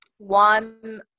one